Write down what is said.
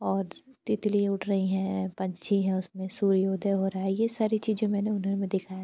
और तितली उड़ रहीं हैं पंछी हैं उसमें सूर्योदय हो रहा है ये सारी चीज़ें मैंने दिखाया था